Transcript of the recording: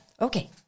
Okay